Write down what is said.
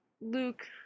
Luke